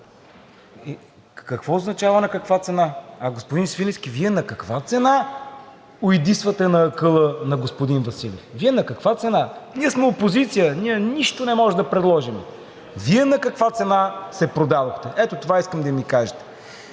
Какво означава на каква цена? Господин Свиленски, Вие на каква цена уйдисвате на акъла на господин Василев? Вие на каква цена? Ние сме опозиция, ние нищо не можем да предложим. Вие на каква цена се продадохте? Ето това искам да ми кажете.